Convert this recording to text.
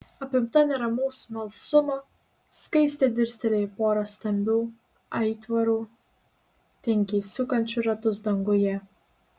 apimta neramaus smalsumo skaistė dirstelėjo į porą stambių aitvarų tingiai sukančių ratus danguje